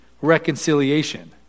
reconciliation